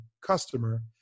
customer